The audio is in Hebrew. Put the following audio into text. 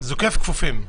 זוקף כפופים.